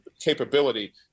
capability